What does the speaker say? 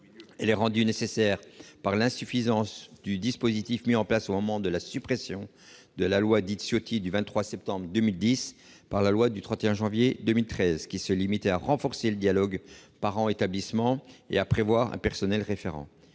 Elle est rendue nécessaire par l'insuffisance du dispositif mis en place au moment de la suppression de la loi dite Ciotti du 28 septembre 2010 par la loi du 31 janvier 2013, qui se limitait à renforcer le dialogue parents-établissements et à prévoir un personnel référent.